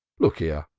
look here!